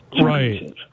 Right